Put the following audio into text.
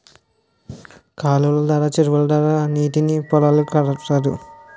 కాలువలు ద్వారా చెరువుల ద్వారా నీటిని పొలాలకు కడతారు